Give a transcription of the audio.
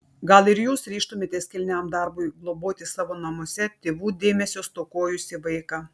gal ir jūs ryžtumėtės kilniam darbui globoti savo namuose tėvų dėmesio stokojusį vaiką